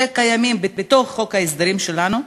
שקיימים בתוך חוק ההסדרים שלנו: